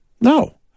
No